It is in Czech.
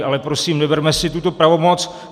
Ale prosím, neberme si tuto pravomoc.